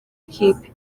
ikipe